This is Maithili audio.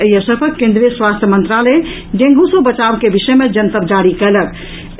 एहि अवसर पर केंद्रीय स्वास्थ्य मंत्रालय डेंगू सँ बचाव के विषय मे जनतब जारी कयलक अछि